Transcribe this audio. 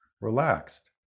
relaxed